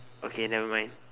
okay nevermind